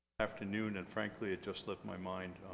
afternoon and frankly it just slipped my mind.